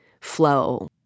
flow